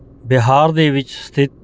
ਬਿਹਾਰ ਦੇ ਵਿੱਚ ਸਥਿਤ